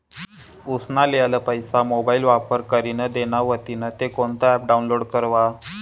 उसना लेयेल पैसा मोबाईल वापर करीन देना व्हतीन ते कोणतं ॲप डाऊनलोड करवा?